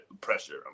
pressure